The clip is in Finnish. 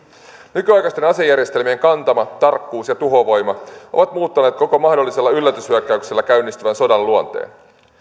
nykyaikaisten asejärjestelmien kantama tarkkuus ja tuhovoima ovat muuttaneet mahdollisella yllätyshyökkäyksellä käynnistyvän koko sodan luonteen